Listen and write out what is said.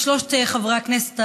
שלושת חברי הכנסת,